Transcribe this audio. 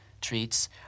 treats